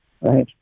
Right